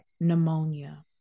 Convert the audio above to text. pneumonia